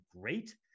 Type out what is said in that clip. great